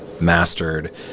mastered